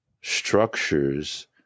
structures